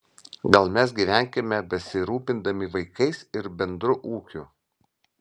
gal mes gyvenkime besirūpindami vaikais ir bendru ūkiu